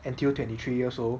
until twenty three years old